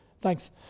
thanks